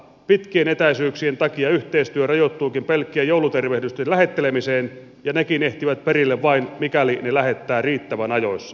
pitkien etäisyyksien takia yhteistyö rajoittuukin pelkkien joulutervehdysten lähettelemiseen ja nekin ehtivät perille vain mikäli ne lähettää riittävän ajoissa